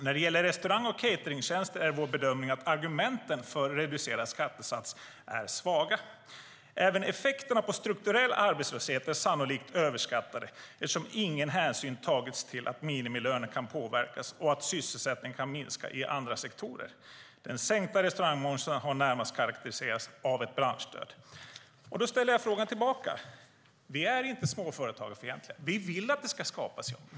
När det gäller restaurang och cateringtjänster är vår bedömning att argumenten för reducerad skattesats är svaga. Även effekterna på strukturell arbetslöshet är sannolikt överskattade, eftersom ingen hänsyn tagits till att minimilöner kan påverkas och att sysselsättningen kan minska i andra sektorer. Den sänkta restaurangmomsen har närmast karakteriserats av ett branschstöd. Vi är inte småföretagarfientliga. Vi vill att det ska skapas jobb.